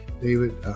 David